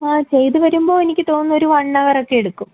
ആ ചെയ്തു വരുമ്പോൾ എനിക്ക് തോന്നുന്നു ഒരു വൺ ഹവറൊക്കെ എടുക്കും